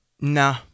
Nah